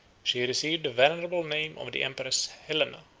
she received the venerable name of the empress helena